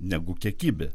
negu kiekybė